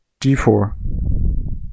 d4